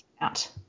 out